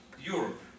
Europe